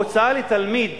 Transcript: ההוצאה לתלמיד